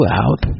out